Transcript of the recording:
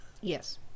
Yes